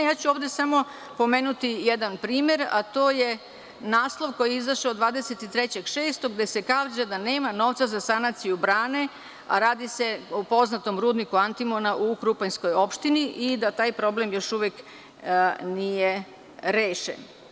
Ovde ću pomenuti samo jedan primer, a to je naslov koji je izašao 23. juna, gde se kaže da nema novca za sanaciju brane, a radi se poznatom rudniku antimona u krupanjskoj opštini i da taj problem još uvek nije rešen.